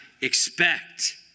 expect